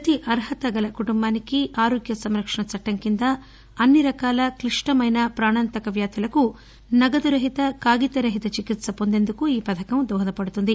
పతి అర్హత గల కుటుంబానికి ఆరోగ్య సంరక్షణ చట్టం క్రింద అన్ని రకాల క్లిష్ణమైన పాణాంతక వ్యాధులకు నగదు రహిత కాగిత రహిత చికిత్స పొందేందుకు ఈ పథకం దోహదపడుతుంది